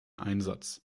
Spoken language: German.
einsatz